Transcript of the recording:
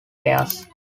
pairs